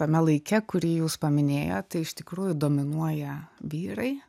tame laike kurį jūs paminėjottai iš tikrųjų dominuoja vyrai